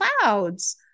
clouds